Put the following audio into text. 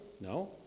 no